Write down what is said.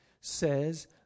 says